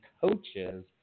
coaches